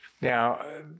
Now